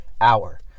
hour